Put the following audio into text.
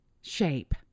shape